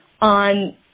on